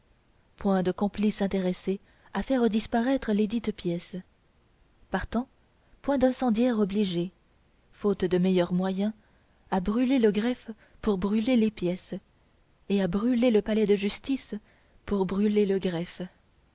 point de complices intéressés à faire disparaître lesdites pièces partant point d'incendiaires obligés faute de meilleur moyen à brûler le greffe pour brûler les pièces et à brûler le palais de justice pour brûler le greffe